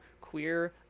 queer